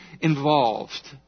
involved